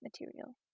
material